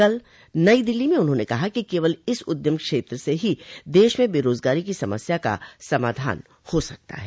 कल नई दिल्ली में उन्होंने कहा कि केवल इस उद्यम क्षेत्र से ही देश में बेरोजगारी की समस्या का समाधान हो सकता है